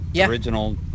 original